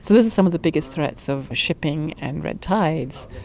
so those are some of the biggest threats of shipping and red tides.